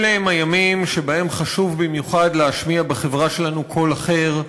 אלה הם הימים שבהם חשוב במיוחד להשמיע בחברה שלנו קול אחר,